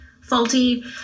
faulty